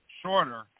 shorter